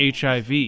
HIV